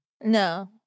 No